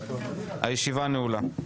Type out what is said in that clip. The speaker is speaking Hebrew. הישיבה נעולה.